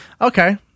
Okay